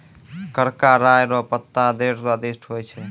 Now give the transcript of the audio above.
करका राय रो पत्ता ढेर स्वादिस्ट होय छै